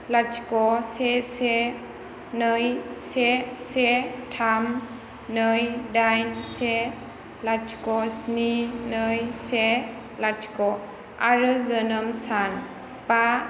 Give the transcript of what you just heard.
लाथिख' से से नै से से थाम नै दाइन से लाथिख' स्नि नै से लाथिख' आरो जोनोम सान बा